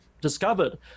discovered